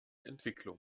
entwicklung